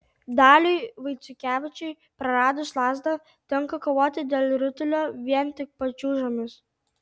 daliui vaiciukevičiui praradus lazdą tenka kovoti dėl ritulio vien tik pačiūžomis